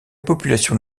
population